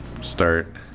start